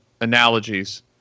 analogies